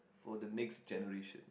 for the next generation